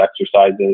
exercises